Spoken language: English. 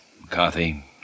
McCarthy